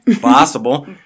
Possible